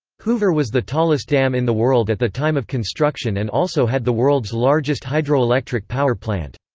hoover was the tallest dam in the world at the time of construction and also had the world's largest hydroelectric power plant.